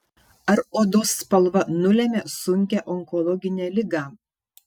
ar odos spalva nulemia sunkią onkologinę ligą